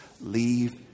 leave